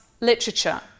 literature